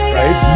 right